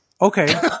Okay